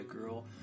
girl